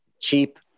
cheap